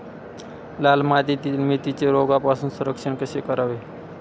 लाल मातीतील मेथीचे रोगापासून संरक्षण कसे करावे?